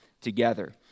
together